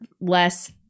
less